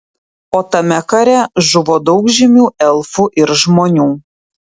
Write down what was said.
o tame kare žuvo daug žymių elfų ir žmonių